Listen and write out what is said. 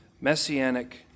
messianic